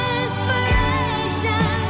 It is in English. inspiration